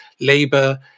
Labour